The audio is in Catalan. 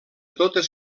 totes